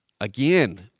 again